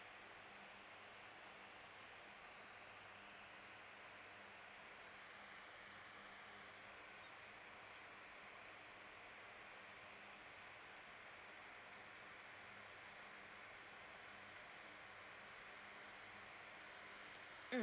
mm